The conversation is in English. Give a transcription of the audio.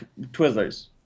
Twizzlers